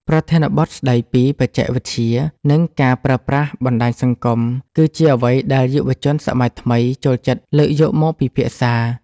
ប្រធានបទស្ដីពីបច្ចេកវិទ្យា និងការប្រើប្រាស់បណ្ដាញសង្គម គឺជាអ្វីដែលយុវជនសម័យថ្មីចូលចិត្តលើកយកមកពិភាក្សា។